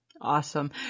Awesome